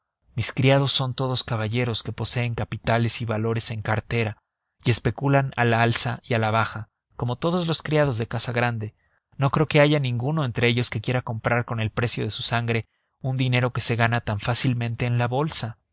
mis criados son todos caballeros que poseen capitales y valores en cartera y especulan al alza y a la baja como todos los criados de casa grande no creo que haya ninguno entre ellos que quiera comprar con el precio de su sangre un dinero que se gana tan fácilmente en la bolsa